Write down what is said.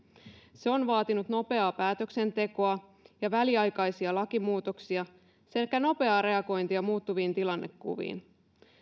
se on vaatinut nopeaa päätöksentekoa ja väliaikaisia lakimuutoksia sekä nopeaa reagointia muuttuviin tilannekuviin